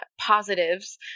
positives